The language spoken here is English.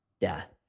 death